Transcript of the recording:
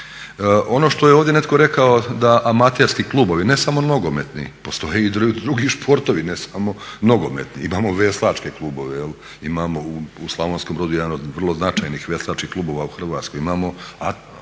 Ono što je ovdje netko rekao da amaterski klubovi, ne samo nogometni, postoje i drugi sportovi ne samo nogometni, imamo veslačke klubove. Imamo u Slavonskom Brodu jedan od vrlo značajnih veslačkih klubova u Hrvatskoj, imamo